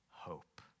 Hope